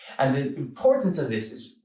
and the importance of this is,